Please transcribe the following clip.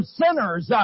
sinners